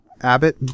Abbott